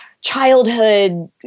childhood